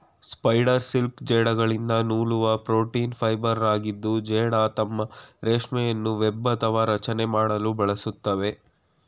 spider silk ಜೇಡಗಳಿಂದ ನೂಲುವ protein ಫೈಬರಾಗಿದ್ದು ಜೇಡ ತಮ್ಮ ರೇಷ್ಮೆಯನ್ನು ವೆಬ್ ಅಥವಾ ರಚನೆ ಮಾಡಲು ಬಳಸ್ತವೆ